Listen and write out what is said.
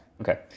Okay